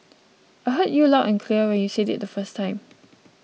I heard you loud and clear when you said it the first time